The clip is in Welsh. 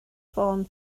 ffôn